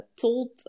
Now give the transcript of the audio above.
told